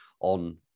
on